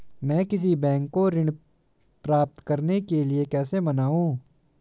मैं किसी बैंक को ऋण प्राप्त करने के लिए कैसे मनाऊं?